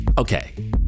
Okay